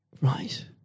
right